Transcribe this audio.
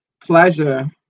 Pleasure